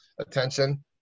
attention